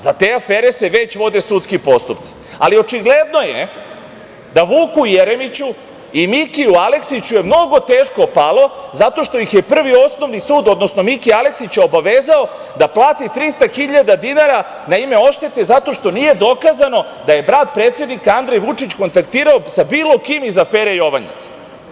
Za te afere se već vode sudski postupci, ali očigledno je da Vuku Jeremiću i Mikiju Aleksiću je mnogo teško palo zato što ih je Prvi osnovni sud, odnosno Mikija Aleksića obavezao da plati 300.000 dinara na ime oštete zato što nije dokazano da je brat predsednika Andrej Vučić kontaktirao sa bilo kim iz afere „Jovanjica“